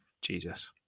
Jesus